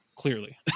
Clearly